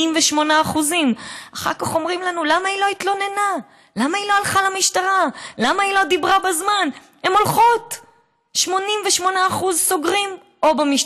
88%. אחר כך אומרים לנו: למה היא לא התלוננה?